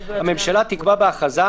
הממשלה תקבע בהכרזה,